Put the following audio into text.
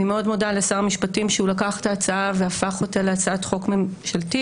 אני מאוד מודה לשר המשפטים שלקח את ההצעה והפך אותה להצעת חוק ממשלתית.